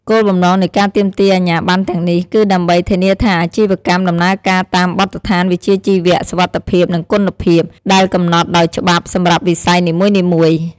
គោលបំណងនៃការទាមទារអាជ្ញាប័ណ្ណទាំងនេះ គឺដើម្បី ធានាថាអាជីវកម្មដំណើរការតាមបទដ្ឋានវិជ្ជាជីវៈ សុវត្ថិភាព និង គុណភាព ដែលកំណត់ដោយច្បាប់សម្រាប់វិស័យនីមួយៗ។